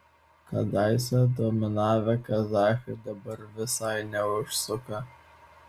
kadaise dominavę kazachai dabar visai neužsuka